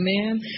Amen